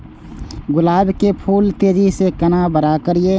गुलाब के फूल के तेजी से केना बड़ा करिए?